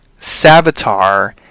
Savitar